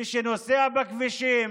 מי שנוסע בכבישים